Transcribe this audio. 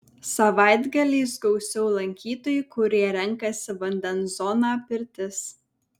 savaitgaliais gausiau lankytojų kurie renkasi vandens zoną pirtis